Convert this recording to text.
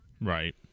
Right